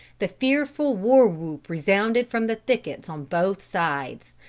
the fearful war-whoop resounded from the thickets on both sides,